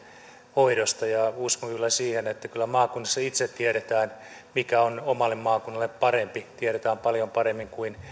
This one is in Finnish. hoidosta uskon kyllä siihen että maakunnassa itse tiedetään mikä on omalle maakunnalle parempi tiedetään paljon paremmin kuin